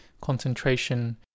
concentration